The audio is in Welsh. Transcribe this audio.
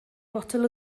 fotel